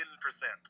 percent